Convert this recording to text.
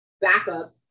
backup